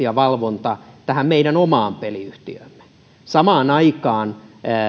ja valvonta kohdistuvat erityisesti tähän meidän omaan peliyhtiöömme samaan aikaan